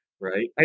Right